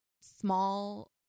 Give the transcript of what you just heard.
small